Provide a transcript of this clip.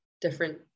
different